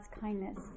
kindness